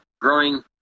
growing